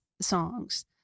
songs